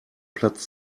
platz